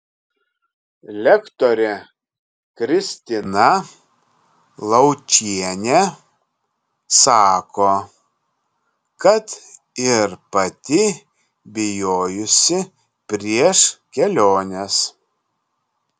lektorė kristina laučienė sako kad ir pati bijojusi prieš keliones